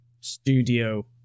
studio